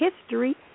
history